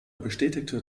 bestätigte